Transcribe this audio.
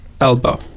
elbow